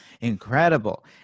Incredible